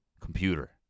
computer